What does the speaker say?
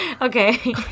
Okay